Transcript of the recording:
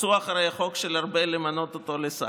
ותרצו אחרי החוק של ארבל למנות אותו לשר,